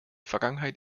vergangenheit